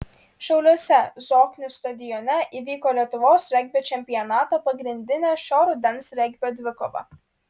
šiauliuose zoknių stadione įvyko lietuvos regbio čempionato pagrindinė šio rudens regbio dvikova